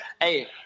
Hey